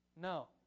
No